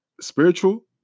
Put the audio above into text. spiritual